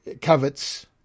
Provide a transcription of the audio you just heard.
covets